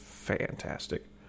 fantastic